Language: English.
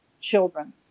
children